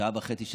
בשעה וחצי,